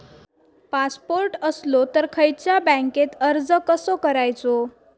Passport असलो तर खयच्या बँकेत अर्ज कसो करायचो?